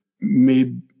made